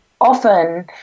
often